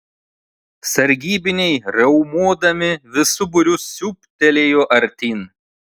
sargybiniai riaumodami visu būriu siūbtelėjo artyn